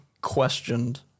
questioned